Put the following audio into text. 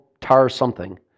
Tar-something